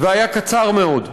והיה קצר מאוד.